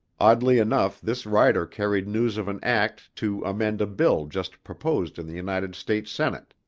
oddly enough this rider carried news of an act to amend a bill just proposed in the united states senate,